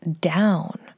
down